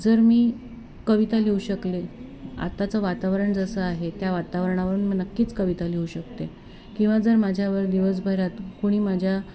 जर मी कविता लिहू शकले आत्ताचं वातावरण जसं आहे त्या वातावरणावरून मी नक्कीच कविता लिहू शकते किंवा जर माझ्यावर दिवसभरात कुणी माझ्या